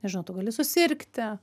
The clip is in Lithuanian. nežinau tu gali susirgti